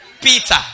Peter